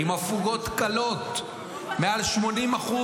עם הפוגות קלות, מעל 80%,